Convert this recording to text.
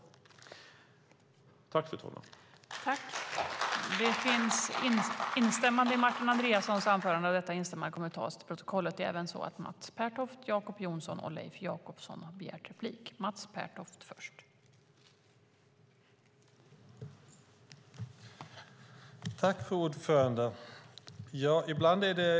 I detta anförande instämde Anna Steele .